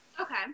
Okay